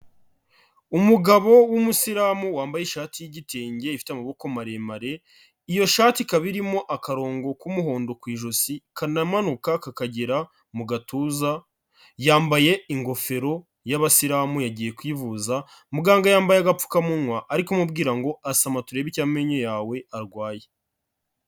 Umugabo w'Umusilamu wambaye ishati y'igitenge ifite amaboko maremare, iyo shati ikaba irimo akarongo k'umuhondo ku ijosi kanamanuka kakagera mu gatuza, yambaye ingofero y'Abasilamu yagiye kwivuza, muganga yambaye agapfukamunywa ari kumubwira ngo asama turebe icyo amenyo yawe arwaye.